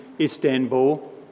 Istanbul